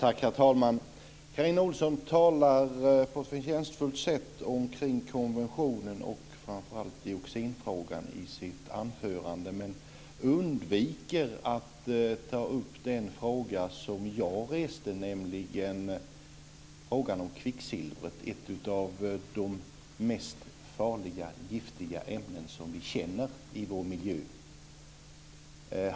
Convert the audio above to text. Herr talman! Carina Ohlsson talar på ett förtjänstfullt sätt om konventionen och framför allt om dioxinfrågan i sitt anförande. Men hon undviker att ta upp den fråga som jag reste, nämligen frågan om kvicksilvret, ett av de mest farliga giftiga ämnen som vi känner till i vår miljö.